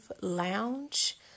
Lounge